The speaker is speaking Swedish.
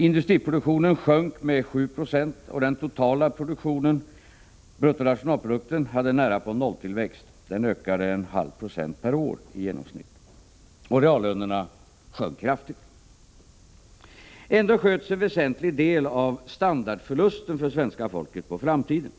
Industriproduktionen sjönk med 7 96, och den totala produktionen, bruttonationalprodukten, hade närapå nolltillväxt. Den ökade 0,5 96 per år i genomsnitt. Reallönerna sjönk kraftigt. Ändå sköts en väsentlig del av standardförlusterna för svenska folket på framtiden.